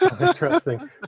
Interesting